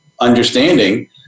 understanding